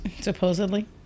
supposedly